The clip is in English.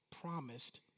promised